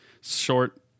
short